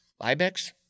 Ibex